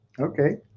okay